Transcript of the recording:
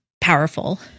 powerful